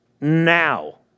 now